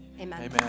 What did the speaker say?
Amen